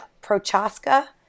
Prochaska